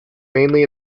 mainly